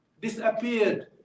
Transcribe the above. disappeared